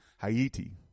Haiti